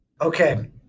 Okay